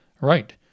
Right